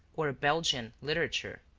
or a belgian, literature.